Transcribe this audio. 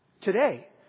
today